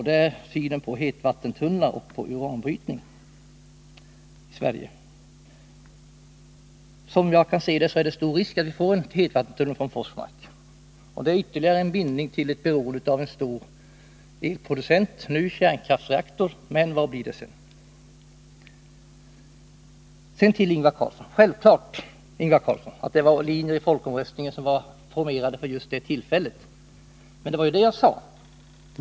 Det gäller synen på hetvattentunnlar och på uranbrytningi Om energipoliti Sverige. Som jag kan se det föreligger stor risk att vi får en hetvattentunnel ken från Forsmark. Det blir ytterligare en bindning till och ett beroende av en stor elproducent — nu kärnkraftsreaktor — men vad blir det sedan? Självklart, Ingvar Carlsson, var linjerna i folkomröstningen formerade för just det tillfället. Det var det jag sade.